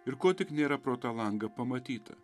ir ko tik nėra pro tą langą pamatyta